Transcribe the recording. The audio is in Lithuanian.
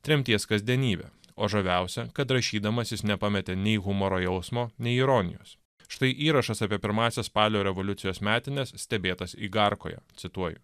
tremties kasdienybę o žaviausia kad rašydamas jis nepametė nei humoro jausmo nei ironijos štai įrašas apie pirmąsias spalio revoliucijos metines stebėtas igarkoje cituoju